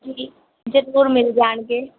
ਜੀ ਜ਼ਰੂਰ ਮਿਲ ਜਾਣਗੇ